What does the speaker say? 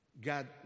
God